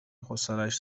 حوصلش